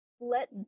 let